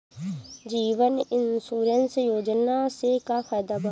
जीवन insurance योजना से का फायदा बा?